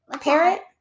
parrot